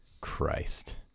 Christ